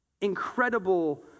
incredible